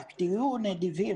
רבאק, תהיו נדיבים,